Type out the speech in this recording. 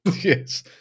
Yes